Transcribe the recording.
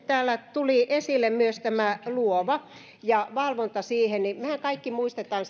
täällä tuli esille myös tämä luova ja valvonta mehän kaikki muistamme